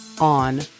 on